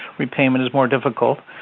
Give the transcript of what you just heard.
repayment is more difficult.